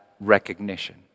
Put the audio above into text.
recognition